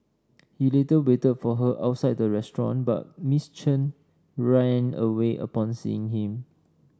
he later waited for her outside the restaurant but Miss Chen ran away upon seeing him